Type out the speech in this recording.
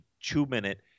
two-minute –